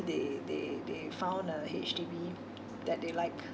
they they they found a H_D_B that they like